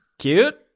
cute